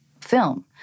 film